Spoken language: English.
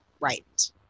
Right